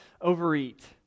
overeat